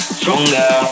stronger